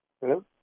Hello